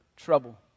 trouble